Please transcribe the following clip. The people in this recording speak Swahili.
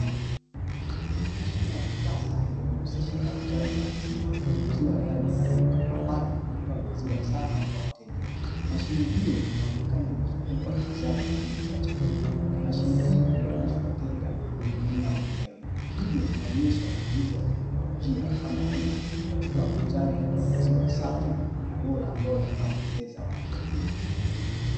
Mashine ya kisasa inayojihusisha na uuzaji wa maziwa ikiwa ndani ya duka ambayo inatoa maziwa safi kwa wateja, mashine hiyo inaonekana imezungukwa na bidhaa nyingine za chakula, mashine hii huwaruhusu wateja kujihudumia wenyewe hivyo inaonyesha matumizi ya teknolojia kama hii katika uuzaji wa maziwa safi na bora ambayo yatawapendeza wanajamii.